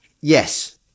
Yes